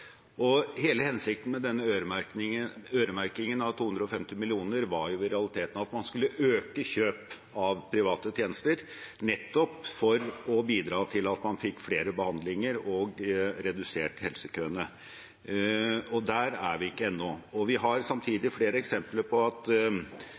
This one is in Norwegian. Hele hensikten med denne øremerkingen av 250 mill. kr var jo i realiteten at man skulle øke kjøp av private tjenester nettopp for å bidra til at man fikk flere behandlinger og fikk redusert helsekøene, og der er vi ikke ennå. Vi har